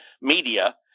Media